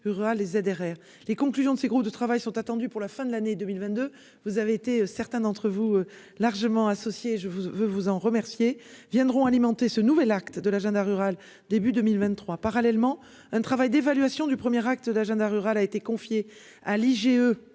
les conclusions de ces groupes de travail sont attendus pour la fin de l'année 2022, vous avez été, certains d'entre vous, largement associés je vous, vous vous en remercier viendront alimenter ce nouvel acte de l'agenda rural début 2023 parallèlement un travail d'évaluation du premier acte d'agenda rural a été confiée à Lee GE